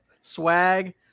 swag